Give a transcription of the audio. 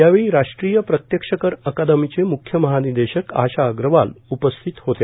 यावेळी राष्ट्रीय प्रत्यक्ष कर अकादमीचे मुख्य महानिदेशक आशा अग्रवाल उपस्थित होत्या